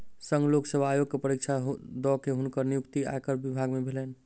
संघ लोक सेवा आयोग के परीक्षा दअ के हुनकर नियुक्ति आयकर विभाग में भेलैन